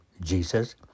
Jesus